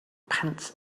pants